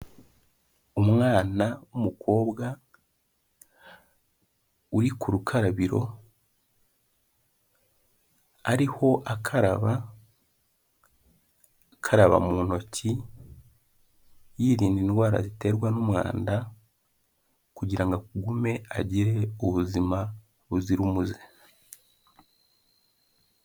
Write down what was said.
Umwana w'umukobwa, uri ku rukarabiro ariho akaba, akaraba mu ntoki, yirinda indwara ziterwa n'umwanda, kugira ngo agume agire ubuzima buzira umuze.